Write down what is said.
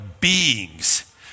beings